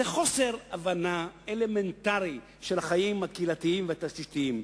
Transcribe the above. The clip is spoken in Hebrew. זה חוסר הבנה אלמנטרי של החיים הקהילתיים והתשתיתיים.